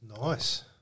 Nice